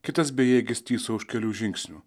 kitas bejėgis tyso už kelių žingsnių